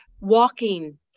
Walking